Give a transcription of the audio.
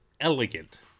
elegant